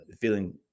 feeling